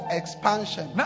expansion